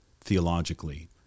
theologically